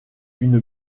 une